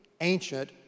ancient